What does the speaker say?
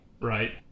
right